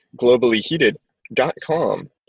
globallyheated.com